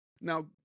Now